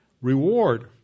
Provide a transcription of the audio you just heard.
Reward